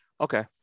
Okay